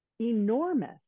enormous